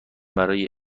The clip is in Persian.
برای